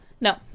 No